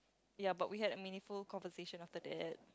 ya but we had a meaningful conversation after that